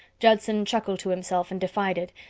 judson chuckled to himself and defied it,